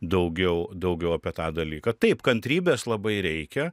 daugiau daugiau apie tą dalyką taip kantrybės labai reikia